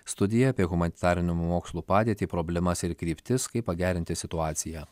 studija apie humanitarinių mokslų padėtį problemas ir kryptis kaip pagerinti situaciją